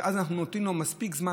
שאז אנחנו נותנים לו מספיק זמן,